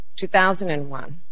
2001